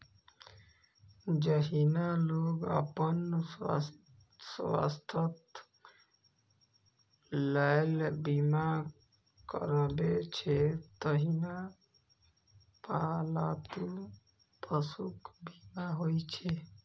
जहिना लोग अपन स्वास्थ्यक लेल बीमा करबै छै, तहिना पालतू पशुक बीमा होइ छै